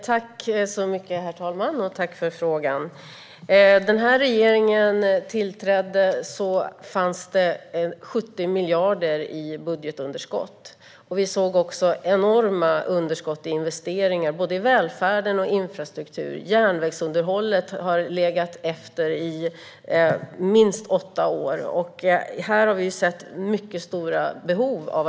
Herr talman! Tack för frågan! När denna regering tillträdde var budgetunderskottet 70 miljarder, och vi såg också enorma underskott i investeringar i både välfärd och infrastruktur. Järnvägsunderhållet har legat efter i minst åtta år, och här har vi sett mycket stora investeringsbehov.